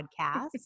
Podcast